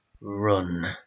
run